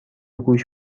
گوش